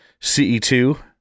CE2